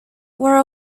were